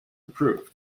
improved